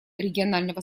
регионального